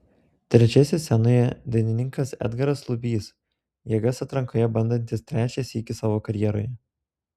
trečiasis scenoje dainininkas edgaras lubys jėgas atrankoje bandantis trečią sykį savo karjeroje